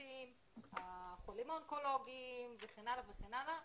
הדמנטיים, החולים האונקולוגים, וכן הלאה וכן הלאה.